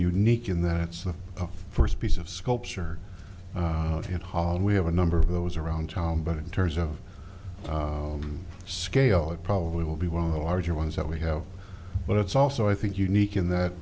unique in that it's the first piece of sculpture of hip hop and we have a number of those around town but in terms of scale it probably will be one of the larger ones that we have but it's also i think unique in that